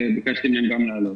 וביקשתי מהם גם להעלות.